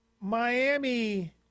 Miami